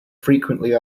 frequently